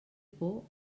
por